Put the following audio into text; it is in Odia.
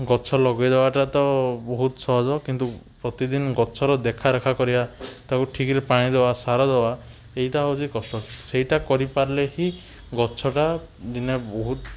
ଗଛ ଲଗାଇ ଦବାଟା ତ ବହୁତ ସହଜ କିନ୍ତୁ ପ୍ରତିଦିନ ଗଛର ଦେଖା ରେଖା କରିବା ତାକୁ ଠିକ୍ରେ ପାଣି ଦବା ସାର ଦବା ଏଇଟା ହେଉଛି କଷ୍ଟ ସେଇଟା କରିପାରିଲେ ହିଁ ଗଛଟା ଦିନେ ବହୁତ